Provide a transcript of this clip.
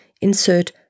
insert